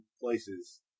places